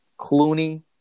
Clooney